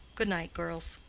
good-night, girls.